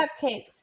cupcakes